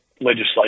legislation